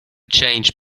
change